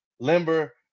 limber